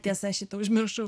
tiesa šį tą užmiršau